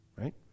right